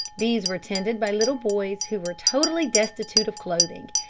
these were tended by little boys who were totally destitute of clothing,